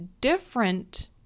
Different